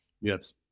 Yes